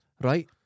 right